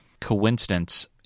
coincidence